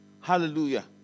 Hallelujah